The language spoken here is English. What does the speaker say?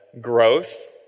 growth